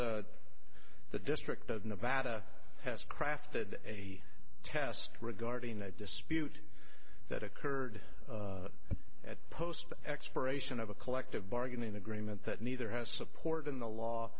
the district of nevada has crafted a test regarding a dispute that occurred at post expiration of a collective bargaining agreement that neither has support in the law